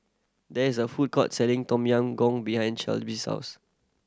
there is a food court selling Tom Yam Goong behind house